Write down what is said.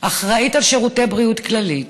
האחראית לשירותי בריאות כללית,